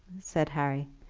said harry,